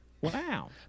Wow